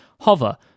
Hover